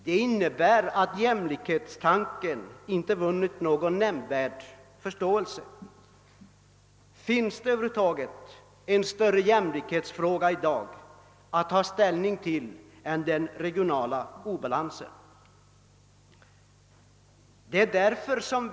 Det innebär att jämlikhetstanken inte vunnit någon nämnvärd = förståelse. Finns det över huvud taget en större jämlikhetsfråga i dag än den regionala obalansen?